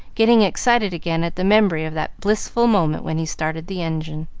getting excited again at the memory of that blissful moment when he started the engine.